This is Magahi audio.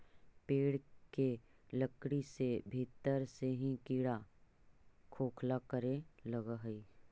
पेड़ के लकड़ी के भीतर से ही कीड़ा खोखला करे लगऽ हई